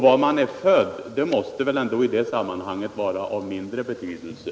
Var man är född måste väl ändå i det sammanhanget vara av mindre betydelse.